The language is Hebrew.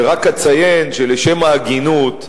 ורק אציין שלשם ההגינות,